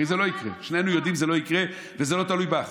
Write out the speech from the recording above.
הרי שנינו יודעים שזה לא יקרה, וזה לא תלוי בך,